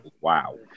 Wow